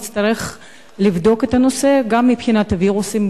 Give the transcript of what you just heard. נצטרך לבדוק את הנושא גם מבחינת הווירוסים,